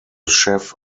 chef